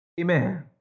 Amen